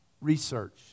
research